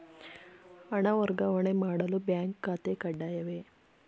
ಹಣ ವರ್ಗಾವಣೆ ಮಾಡಲು ಬ್ಯಾಂಕ್ ಖಾತೆ ಕಡ್ಡಾಯವೇ?